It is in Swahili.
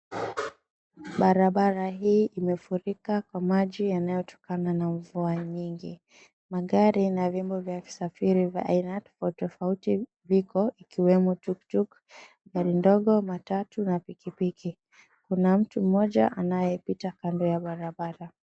Barabara hii imefurika kwa maji yanayotokana na mvua nyingi. Magari na vyombo vya visafiri vya aina tofauti viko ikiwemo tuktuk, gari ndogo, matatu na pikipiki. Kuna mtu mmoja anayepita kando ya barabara.